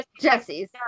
Jesse's